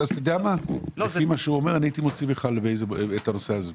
הייתי מוציא את הנושא הזה.